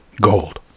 gold